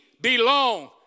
belong